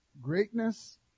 greatness